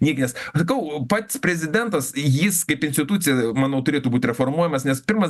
niekinės sakau pats prezidentas jis kaip institucija manau turėtų būt reformuojamas nes pirmas